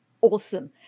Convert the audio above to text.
awesome